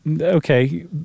okay